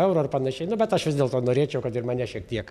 eurų ar panašiai nu bet aš vis dėlto norėčiau kad ir mane šiek tiek